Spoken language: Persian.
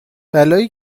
بلایی